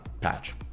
patch